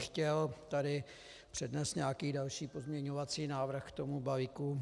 Chtěl bych tady přednést nějaký další pozměňovací návrh k tomu balíku.